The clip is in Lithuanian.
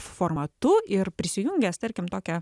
formatu ir prisijungęs tarkim tokią